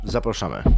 Zapraszamy